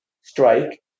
strike